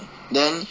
then